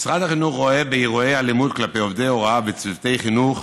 רואה באירועי אלימות כלפי עובדי הוראה וצוותי חינוך